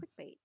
clickbait